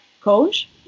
coach